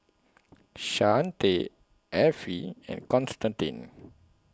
Shante Effie and Constantine